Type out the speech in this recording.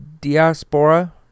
Diaspora